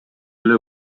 эле